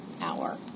hour